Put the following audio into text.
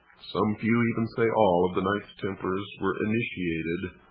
some few even say all, of the knights templars were initiated